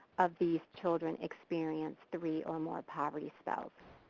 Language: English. of these children experience three or more poverty spells.